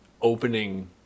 opening